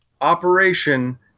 Operation